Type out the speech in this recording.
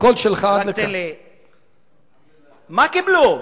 מה קיבלו?